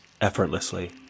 effortlessly